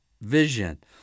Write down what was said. vision